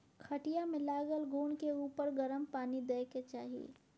खटिया मे लागल घून के उपर गरम पानि दय के चाही